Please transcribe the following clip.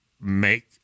make